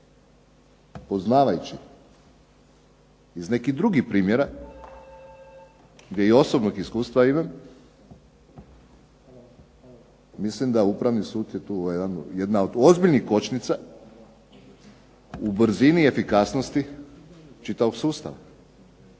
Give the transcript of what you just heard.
Poznavajući iz nekih drugih primjera gdje i osobnog iskustva imam, mislim da Upravni sud je tu jedna od ozbiljnih kočnica u brzini efikasnosti čitavog sustava.